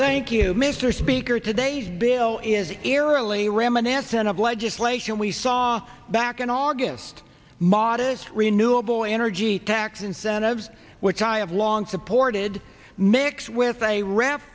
thank you mr speaker today's bill is eerily reminiscent of legislation we saw back in august modest renewable energy tax incentives which i have long supported mixed with a ra